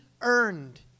earned